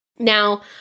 Now